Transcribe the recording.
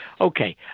Okay